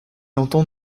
entend